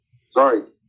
Sorry